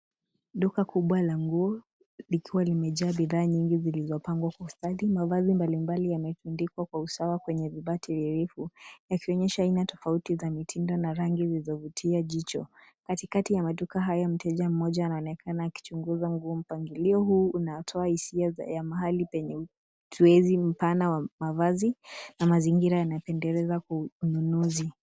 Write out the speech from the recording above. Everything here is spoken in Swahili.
Duka kubwa la nguo likiwa limejaa bidhaa nyingi zilizopangwa kwa ustadi. Mavazi mbali mbali yametundikwa kwa usawa kwenye vibati virefu, yakionyesha aina tofauti za mitindo na rangi zilizovutia jicho. Katikati ya maduka haya mteja mmoja anaonekana akichunguza nguo. Mpangilio huu unatoa hisia ya mahali penye uteuzi mpana wa mavazi, na mazingira yanapendeleza ununuzi.